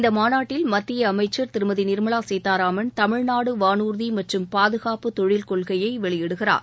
இந்த மாநாட்டில் மத்திய அமைச்சர் திருமதி நிர்மவா கீதாராமன் தமிழ்நாடு வானூர்தி மற்றும் பாதுகாப்பு தொழில் கொள்கையை வெளியிடுகிறார்